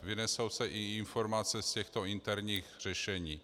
Vynesou se i informace z těchto interních řešení.